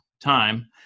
time